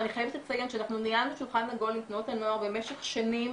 אני חייבת לציין שאנחנו ניהלנו שולחן עגול עם תנועות הנוער במשך שנים,